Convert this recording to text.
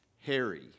harry